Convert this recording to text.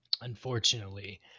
unfortunately